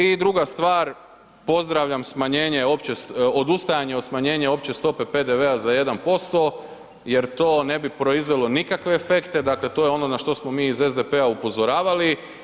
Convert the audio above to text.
I druga stvar, pozdravljam smanjenje odustajanje od smanjenja opće stope PDV-a za 1% jer to ne bi proizvelo nikakve efekte, dakle to je ono na što smo mi iz SDP-a upozoravali.